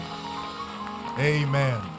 amen